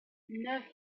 neuf